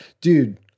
Dude